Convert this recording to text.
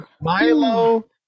Milo